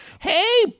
Hey